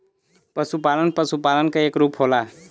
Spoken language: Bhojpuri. पसुपालन पसुपालन क एक रूप होला